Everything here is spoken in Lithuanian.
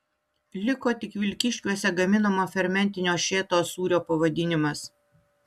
liko tik vilkyškiuose gaminamo fermentinio šėtos sūrio pavadinimas